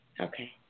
Okay